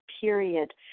period